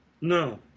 No